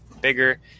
bigger